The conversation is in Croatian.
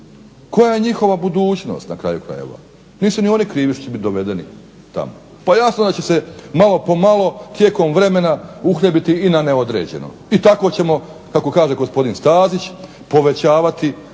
Koja je njihova budućnost na kraju krajeva? Nisu ni oni krivi što će biti dovedeni tamo. Pa jasno da će se malo po malo tijekom vremena uhljebiti i na neodređeno i tako ćemo kako kaže gospodin Stazić povećavati